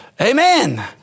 Amen